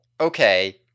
okay –